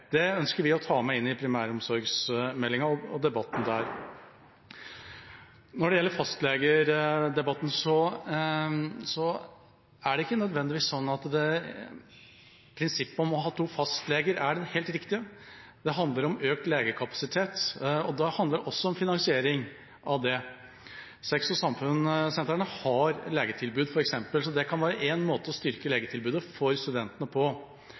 Det ønsker vi å ta med i forbindelse med primæromsorgsmeldinga og debatten der. Når det gjelder fastlegedebatten, er det ikke nødvendigvis sånn at prinsippet om å ha to fastleger er det helt riktige. Det handler om økt legekapasitet, og da handler det også om finansiering av det. Sex- og samfunnssentrene har legetilbud f.eks., så det kan være en måte å styrke legetilbudet for studentene på.